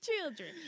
children